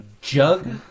jug